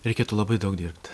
reikėtų labai daug dirbt